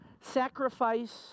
sacrifice